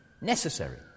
necessary